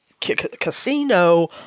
casino